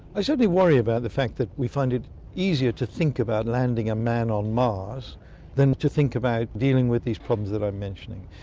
i certainly worry about the fact that we find it easier to think about landing a man on mars than to think about dealing with these problems that i'm mentioning.